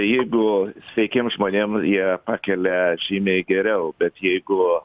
jeigu sveikiem žmonėm jie pakelia žymiai geriau bet jeigu